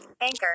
Anchor